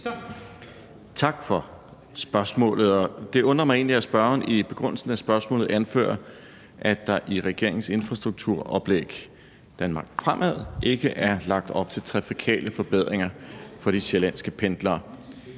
Tak for spørgsmålet. Det undrer mig egentlig, at spørgeren i begrundelsen af spørgsmålet anfører, at der i regeringens infrastrukturoplæg »Danmark fremad – Infrastrukturplan 2035« ikke er lagt op til trafikale forbedringer for de sjællandske pendlere.